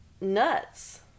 nuts